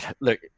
look